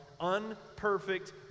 Unperfect